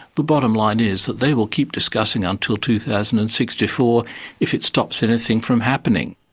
the bottom line is that they will keep discussing until two thousand and sixty four if it stops anything from happening.